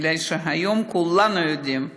בגלל שהיום כולנו יודעים,